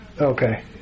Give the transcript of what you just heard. Okay